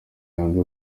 yanze